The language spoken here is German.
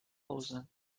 hause